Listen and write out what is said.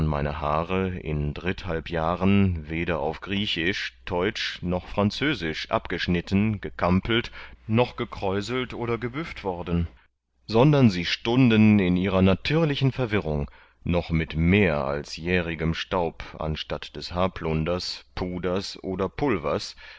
meine haare in dritthalb jahren weder auf griechisch teutsch noch französisch abgeschnitten gekampelt noch gekräuselt oder gebüsst worden sondern sie stunden in ihrer natürlichen verwirrung noch mit mehr als jährigem staub anstatt des haarplunders puders oder pulvers